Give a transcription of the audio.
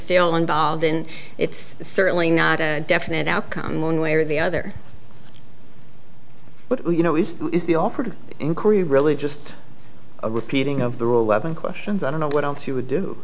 involved and it's certainly not definite outcome one way or the other but you know it is the offered inquiry really just a repeating of the rule weapon questions i don't know what else you would do